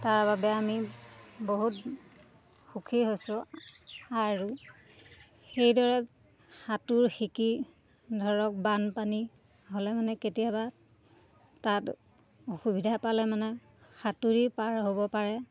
তাৰ বাবে আমি বহুত সুখী হৈছোঁ আৰু সেইদৰে সাঁতোৰ শিকি ধৰক বানপানী হ'লে মানে কেতিয়াবা তাত অসুবিধা পালে মানে সাঁতুৰি পাৰ হ'ব পাৰে